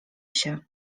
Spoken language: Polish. się